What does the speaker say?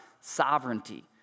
sovereignty